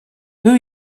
who